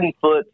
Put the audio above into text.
foot